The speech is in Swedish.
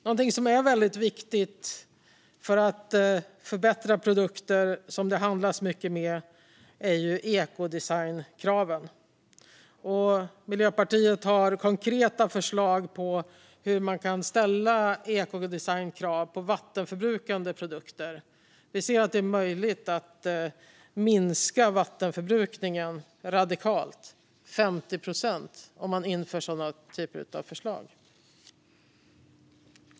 Någonting som är väldigt viktigt för att förbättra produkter som det handlas mycket med är ekodesignkraven. Miljöpartiet har konkreta förslag på hur man kan ställa ekodesignkrav på vattenförbrukande produkter. Vi ser att det är möjligt att minska vattenförbrukningen radikalt, med 50 procent, om man genomför sådana typer av förslag.